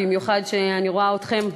במיוחד כשאני רואה אתכם,